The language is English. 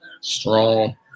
strong